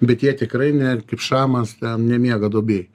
bet jie tikrai ne kaip šamas ten nemiega duobėj